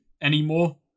anymore